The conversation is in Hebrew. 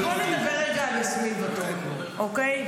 אבל בוא נדבר רגע על יסמין, ואטורי, אוקיי?